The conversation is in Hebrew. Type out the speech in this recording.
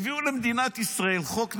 הביאו למדינת ישראל חוק נפלא,